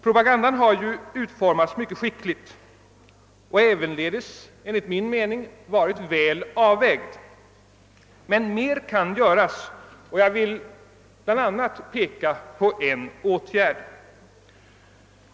Propagandan har utformats mycket skickligt och enligt min mening även varit väl avvägd, men mer kan göras. Jag vill peka på åtminstone en åtgärd.